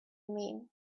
mean